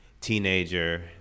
teenager